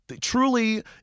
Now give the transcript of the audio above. truly